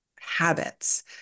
habits